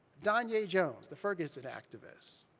danye jones, the ferguson activist,